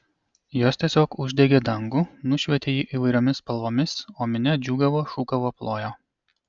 jos tiesiog uždegė dangų nušvietė jį įvairiomis spalvomis o minia džiūgavo šūkavo plojo